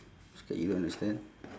scared you don't understand